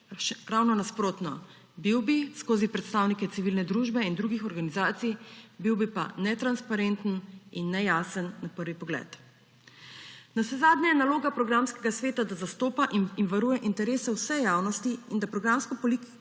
Ravno nasprotno, bil bi skozi predstavnike civilne družbe in drugih organizacij. Bil bi pa netransparenten in nejasen na prvi pogled. Navsezadnje je naloga programskega sveta, da zastopa in varuje interese vse javnosti in da programsko politiko